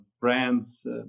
brands